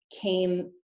came